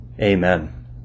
Amen